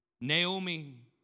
Naomi